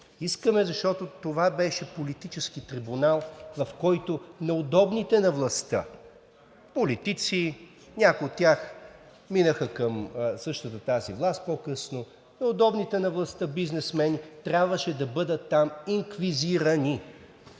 Искаме, защото това беше политически трибунал, в който неудобните на властта – политици, някои от тях минаха към същата тази власт по-късно, неудобните на властта бизнесмени, трябваше да бъдат там инквизирани.